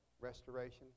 restoration